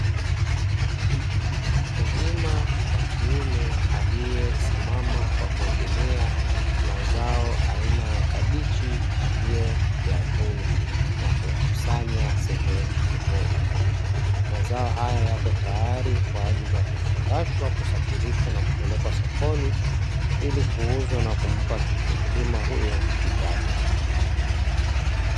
Mkulima wa kiume aliyesimama kwa kuegemea mazao aina ya kabichi, aliyoyavuna na kuyakusanya sehemu moja. Mazao haya yako tayari kwa ajili ya kufungashwa, kusafirishwa na kupelekwa sokoni, ili kuuzwa na kumpa mkulima huyo kipato.